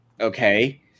okay